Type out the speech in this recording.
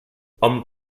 hom